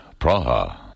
Praha